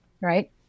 right